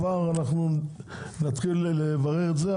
אנחנו כבר נתחיל לברר את זה,